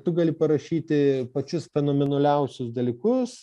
tu gali parašyti pačius fenomenaliausius dalykus